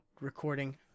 recording